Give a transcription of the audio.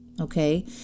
okay